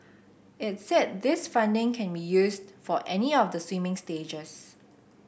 it's said this funding can be used for any of the swimming stages